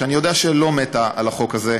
אני יודע שהיא לא מתה על החוק הזה,